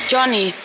Johnny